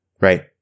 right